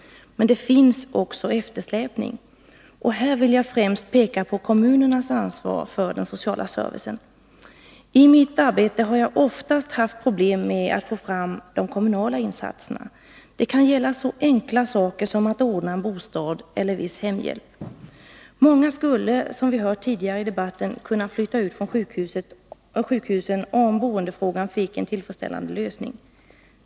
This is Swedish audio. Men det finns också eftersläpning. Här vill jag främst peka på kommunernas ansvar för den sociala servicen. I mitt arbete har jag oftast haft problem att få fram de kommunala insatserna. Det kan gälla så enkla saker som att ordna en bostad eller viss hemhjälp. Många skulle, som vi hört tidigare i debatten, kunna flytta ut från sjukhusen om boendefrågan fick en tillfredsställande lösning.